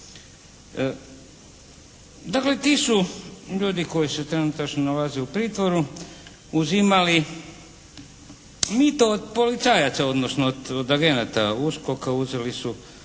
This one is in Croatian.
Dakle, ti su ljudi koji se trenutačno nalaze u pritvoru uzimali mito od policajaca, odnosno od agenata USKOK-a uzeli su